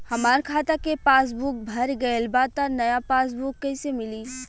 हमार खाता के पासबूक भर गएल बा त नया पासबूक कइसे मिली?